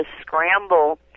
scramble